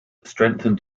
strengthened